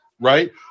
right